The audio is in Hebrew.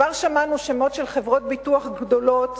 כבר שמענו שמות של חברות ביטוח גדולות